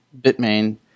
Bitmain